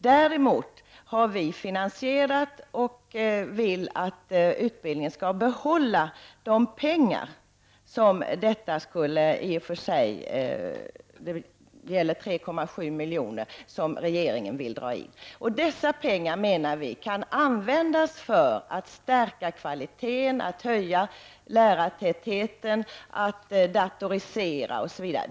Däremot har vi kommit med förslag till finansiering och vill att utbildningen skall få behålla de pengar — 3,7 milj.kr. — som regeringen vill dra in. Vi menar att dessa pengar kan användas för att stärka kvaliteten, höja lärartätheten, datorisera osv.